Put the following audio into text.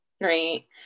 right